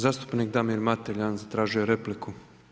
Zastupnik Damir Mateljan zatražio je repliku.